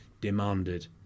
demanded